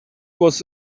was